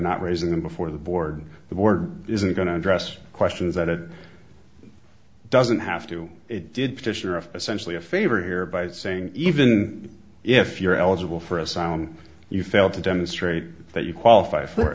not raising them before the board the board isn't going to address questions that doesn't have to did petitioner of essentially a favor here by saying even if you're eligible for asylum you fail to demonstrate that you qualify for